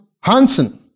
Hansen